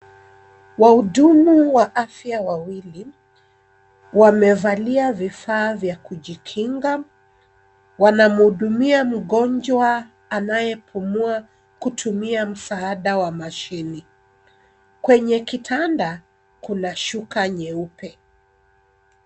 Wahudumu wa afya wawili wamevalia vifaa vya kujikinga wanamhudumia mgonjwa anayepumua kutumia msahada wa mashine. Kwenye kitanda kuna shuka nyeupe.